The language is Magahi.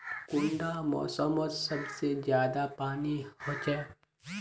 कुंडा मोसमोत सबसे ज्यादा पानी होचे?